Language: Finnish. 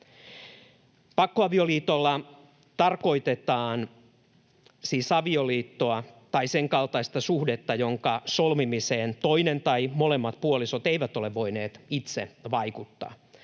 Pakkoavioliitolla tarkoitetaan siis avioliittoa tai sen kaltaista suhdetta, jonka solmimiseen toinen tai molemmat puolisot eivät ole voineet itse vaikuttaa.